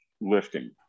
lifting